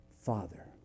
Father